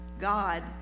god